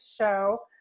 show